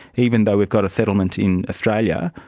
even though we've got a settlement in australia,